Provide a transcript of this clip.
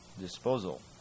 Disposal